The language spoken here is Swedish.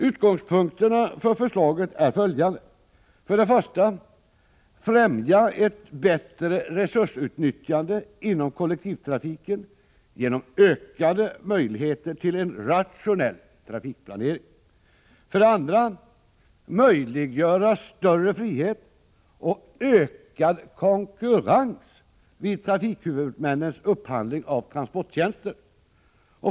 Utgångspunkterna för förslaget är följande. För det första skall det främja ett bättre resursutnyttjande inom kollektivtrafiken genom ökade möjligheter till en rationell trafikplanering. För det andra skall det möjliggöra större frihet och ökad konkurrens vid trafikhuvudmännens upphandling av transporttjänster.